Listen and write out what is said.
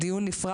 זה דיון נפרד.